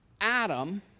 Adam